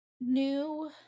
new